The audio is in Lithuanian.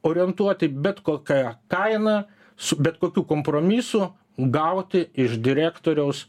orientuoti bet kokia kaina su bet kokiu kompromisu gauti iš direktoriaus